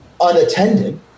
unattended